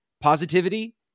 positivity